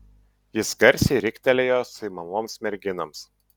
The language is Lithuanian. jis garsiai riktelėjo suimamoms merginoms